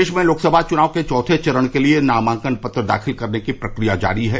प्रदेश में लोकसभा चुनाव के चौथे चरण के लिये नामांकन पत्र दाखिल करने की प्रक्रिया जारी है